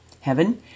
heaven